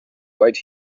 right